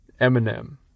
Eminem